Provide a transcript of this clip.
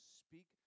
speak